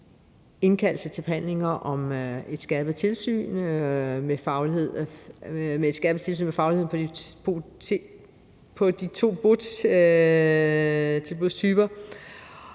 indkaldelse til forhandlinger om et skærpet tilsyn med faglighed i forhold til